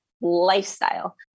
lifestyle